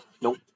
Nope